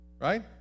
right